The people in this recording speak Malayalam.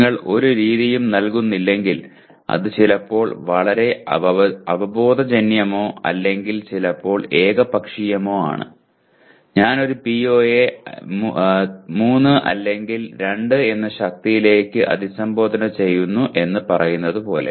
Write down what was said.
നിങ്ങൾ ഒരു രീതിയും നൽകുന്നില്ലെങ്കിൽ അത് ചിലപ്പോൾ വളരെ അവബോധജന്യമോ അല്ലെങ്കിൽ ചിലപ്പോൾ ഏകപക്ഷീയമോ ആണ് ഞാൻ ഒരു PO യെ 3 അല്ലെങ്കിൽ 2 ന്റെ ശക്തിയിലേക്ക് അഭിസംബോധന ചെയ്യുന്നു എന്ന് പറയുന്നതുപോലെ